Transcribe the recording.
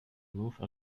move